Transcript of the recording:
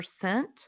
percent